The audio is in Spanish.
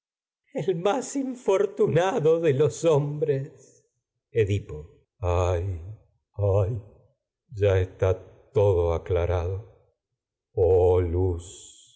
el más infortunado de hombres edipo éste el ay ay ya está todo aclarado